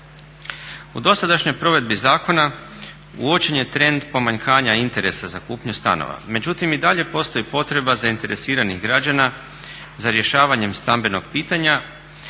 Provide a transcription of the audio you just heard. U dosadašnjoj provedbi zakona uočen je trend pomanjkanja interesa za kupnju stanova. Međutim i dalje postoji potreba zainteresiranih građana za rješavanjem stambenog pitanja